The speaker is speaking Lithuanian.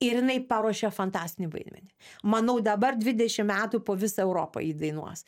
ir jinai paruošė fantastinį vaidmenį manau dabar dvidešimt metų po visą europą ji dainuos